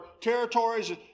territories